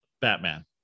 Batman